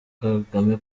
kagame